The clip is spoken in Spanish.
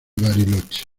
bariloche